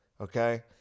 okay